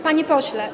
Panie Pośle!